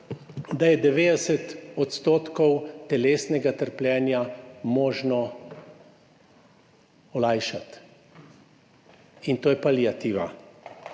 da je 90 % telesnega trpljenja možno olajšati, in to je paliativa.